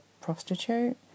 prostitute